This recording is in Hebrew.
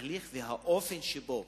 התהליך והאופן שבו